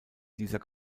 dieser